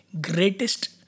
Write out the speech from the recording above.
greatest